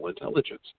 intelligence